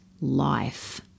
life